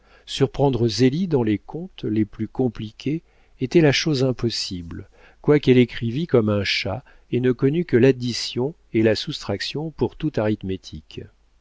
surprendre zélie dans les comptes les plus compliqués était la chose impossible quoiqu'elle écrivît comme un chat et ne connût que l'addition et la soustraction pour toute arithmétique